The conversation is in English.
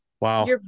wow